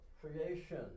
creation